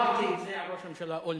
אמרתי את זה גם על ראש הממשלה אולמרט.